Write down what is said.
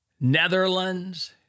Netherlands